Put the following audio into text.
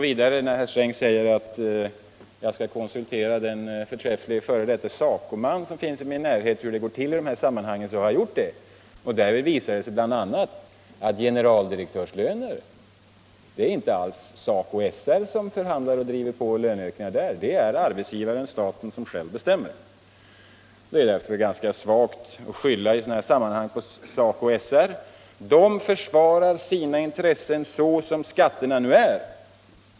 Vidare sade herr Sträng att jag borde konsultera den förträfflige f. d. SACO-man som finns i min närhet och fråga honom hur det går till i sådana här sammanhang. Det har jag också gjort. Och då visade det sig bl.a. att generaldirektörslöner är det inte alls SACO SR. Där försvarar man bara sina intressen — sådana som skatterna nu är!